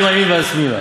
ואם הימין ואשמאילה,